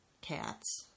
cats